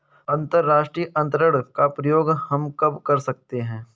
अंतर्राष्ट्रीय अंतरण का प्रयोग हम कब कर सकते हैं?